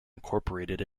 incorporated